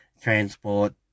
transport